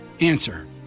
Answer